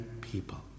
people